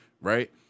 right